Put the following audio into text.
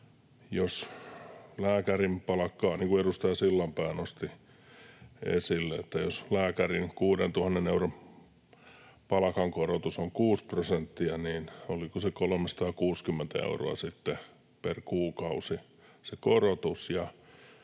kuin edustaja Sillanpää nosti esille, että jos lääkärin 6 000 euron palkan korotus on kuusi prosenttia, niin oliko sitten 360 euroa per kuukausi